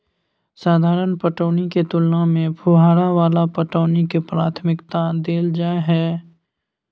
साधारण पटौनी के तुलना में फुहारा वाला पटौनी के प्राथमिकता दैल जाय हय